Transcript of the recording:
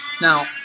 Now